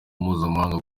mpuzamahanga